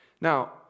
Now